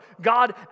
God